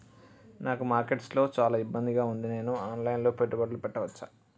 నాకు మార్కెట్స్ లో చాలా ఇబ్బందిగా ఉంది, నేను ఆన్ లైన్ లో పెట్టుబడులు పెట్టవచ్చా?